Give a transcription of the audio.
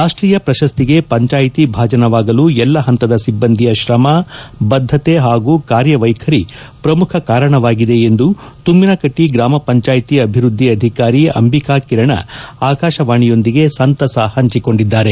ರಾಷ್ಷೀಯ ಪ್ರಶಸ್ತಿಗೆ ಪಂಚಾಯಿತಿ ಭಾಜನವಾಗಲು ಎಲ್ಲ ಹಂತದ ಸಿಬ್ಬಂದಿಯ ಶ್ರಮ ಬದ್ದತೆ ಹಾಗೂ ಕಾರ್ಯವೈಖರಿ ಪ್ರಮುಖ ಕಾರಣವಾಗಿದೆ ಎಂದು ತುಮ್ಮಿನಕಟ್ಟ ಗ್ರಾಮ ಪಂಚಾಯತಿ ಅಭಿವೃದ್ದಿ ಅಧಿಕಾರಿ ಅಂಬಿಕಾ ಕಿರಣ ಆಕಾಶವಾಣಿಯೊಂದಿಗೆ ಸಂತಸ ಹಂಚಿಕೊಂಡಿದ್ದಾರೆ